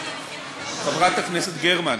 חברת הכנסת גרמן,